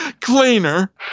Cleaner